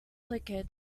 flickered